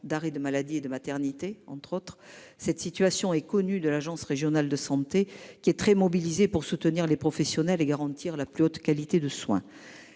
d'arrêt de maladie de maternité, entre autres, cette situation est connue de l'Agence Régionale de Santé qui est très mobilisé pour soutenir les professionnels et garantir la plus haute qualité de soins.